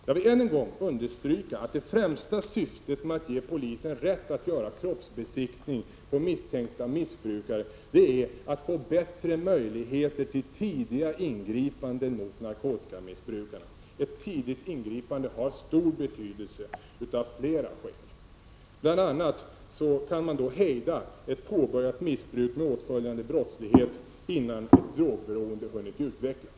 Jag vill än en gång understryka att det främsta syftet med att ge polisen rätt att göra kroppsbesiktning på misstänkta missbrukare är att få bättre möjligheter till tidiga ingripanden mot narkotikamissbrukarna. Ett tidigt ingripande har stor betydelse av flera skäl; bl.a. kan man då hejda ett påbörjat missbruk med åtföljande brottslighet innan drogberoende hunnit utvecklas.